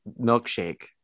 milkshake